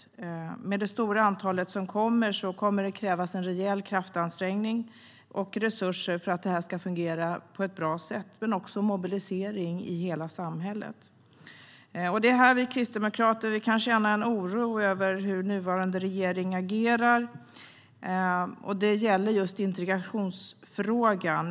Med tanke på det stora antal människor som kommer hit kommer det att krävas en rejäl kraftansträngning och resurser men också mobilisering i hela samhället för att det ska fungera på ett bra sätt. Vi kristdemokrater kan känna en oro över hur nuvarande regering agerar, och det gäller just integrationsfrågan.